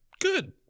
Good